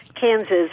Kansas